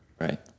right